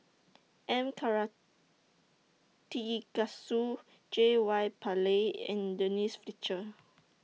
M Karthigesu J Y Pillay and Denise Fletcher